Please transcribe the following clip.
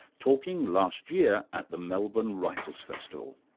talking last year at the melbourne writers' festival.